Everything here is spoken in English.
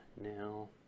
now